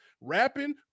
rapping